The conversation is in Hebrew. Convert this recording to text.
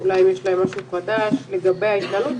אולי אם יש להם משהו חדש לגבי ההתנהלות,